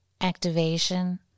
activation